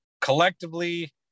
Collectively